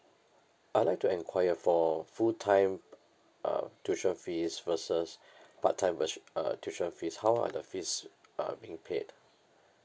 I'd like to enquire for full time uh tuition fees versus part time vers~ uh tuition fees how are the fees uh being paid